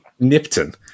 Nipton